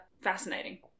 fascinating